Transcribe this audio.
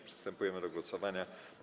Przystępujemy do głosowania.